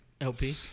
LP